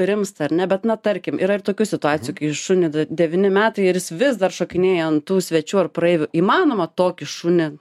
rimsta ar ne bet na tarkim yra ir tokių situacijų kai šunį devyni metai ir jis vis dar šokinėja ant tų svečių ar praeivių įmanoma tokį šunį